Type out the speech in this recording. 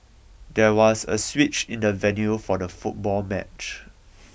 there was a switch in the venue for the football match